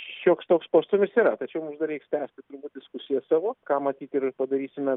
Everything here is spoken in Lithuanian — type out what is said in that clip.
šioks toks postūmis yra tačiau mums dar reiks tęsti turbūt diskusijas savo ką matyt ir padarysime